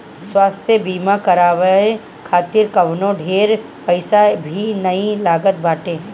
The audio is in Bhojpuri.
स्वास्थ्य बीमा करवाए खातिर कवनो ढेर पईसा भी नाइ लागत बाटे